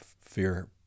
fear